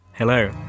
Hello